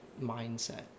mindset